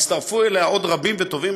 הצטרפו אליה עוד רבים וטובים.